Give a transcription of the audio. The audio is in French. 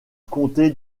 comté